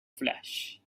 flesh